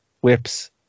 whips